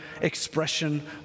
expression